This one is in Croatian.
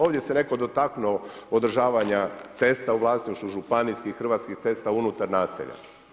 Ovdje se netko dotaknuo održavanja cesta u vlasništvu županijskih hrvatskih cesta unutar naselja.